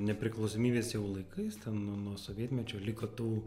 nepriklausomybės jau laikais ten nuo nuo sovietmečio liko tų